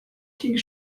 king